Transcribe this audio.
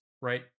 right